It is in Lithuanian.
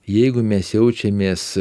jeigu mes jaučiamės